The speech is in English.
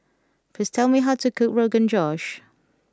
please tell me how to cook Rogan Josh